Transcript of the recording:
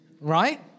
Right